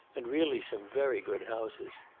and really some very good houses.